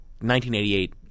1988